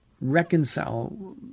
reconcile